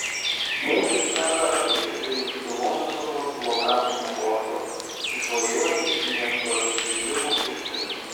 mūšis verda apytikriai už kilometro nuo blokavimo posto išvažiuojant iš miesto iziumo kryptimi